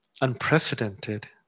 unprecedented